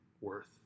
worth